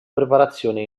preparazione